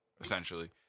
essentially